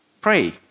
pray